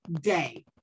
day